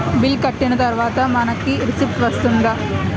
Bill కట్టిన తర్వాత మనకి రిసీప్ట్ వస్తుందా?